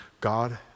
God